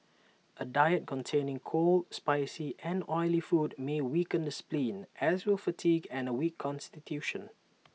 A diet containing cold spicy and oily food may weaken the spleen as will fatigue and A weak Constitution